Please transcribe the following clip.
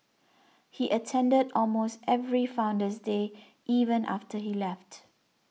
he attended almost every Founder's Day even after he left